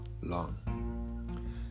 long